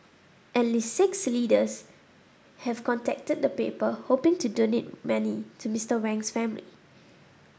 at least six readers have contacted the paper hoping to donate to Mister Wang's family